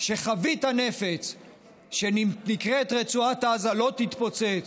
שחבית הנפץ שנקראת רצועת עזה לא תתפוצץ?